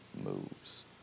moves